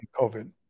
COVID